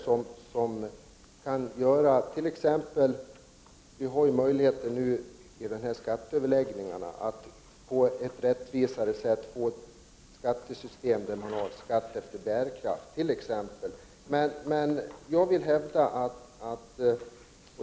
Det finns ju möjligheter för regeringen att t.ex. vid de pågående skatteöverläggningarna se till att skattesystemet blir rättvisare så att människor får betala skatt efter bärkraft.